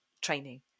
training